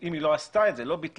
אם היא לא עשתה את זה, לא ביטלה,